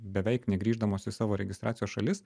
beveik negrįždamos į savo registracijos šalis